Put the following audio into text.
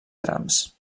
trams